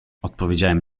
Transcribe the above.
odpowiedziałem